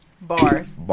bars